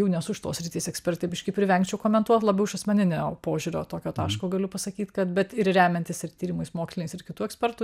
jau nesu šitos srities ekspertė biškį priverčiau komentuoti labiau iš asmeninio požiūrio tokio taško galiu pasakyt kad bet ir remiantis ir tyrimais moksliniais ir kitų ekspertų